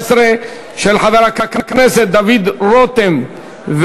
לתוצאה, אני לא משנה את